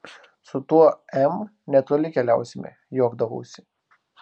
su tuo m netoli keliausime juokdavausi